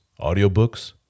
audiobooks